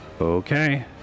Okay